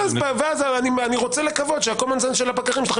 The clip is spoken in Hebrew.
ואז אני רוצה לקוות שהcommon sense- של הפקחים שלכם